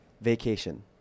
Vacation